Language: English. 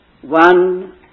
one